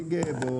רכבת הנגב?